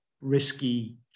risky